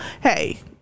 hey